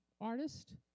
artist